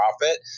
profit